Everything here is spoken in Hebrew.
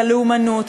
את הלאומנות,